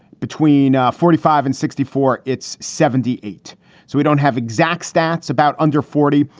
between ah forty five and sixty four. it's seventy eight. so we don't have exact stats about under forty.